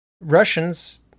russians